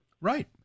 Right